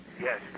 Yes